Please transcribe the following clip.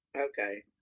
Okay